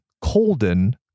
Colden